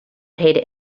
paid